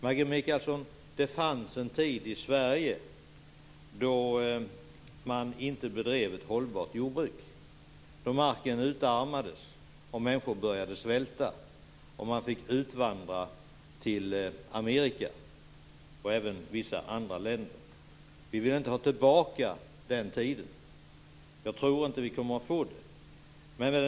Maggi Mikaelsson, det fanns en tid i Sverige då ett hållbart jordbruk inte bedrevs och då marken utarmades och människor började svälta. Man fick utvandra till Amerika och vissa andra länder. Den tiden vill vi inte ha tillbaka. Jag tror inte heller att det blir så.